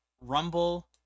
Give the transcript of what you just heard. rumble